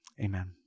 Amen